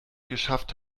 geschafft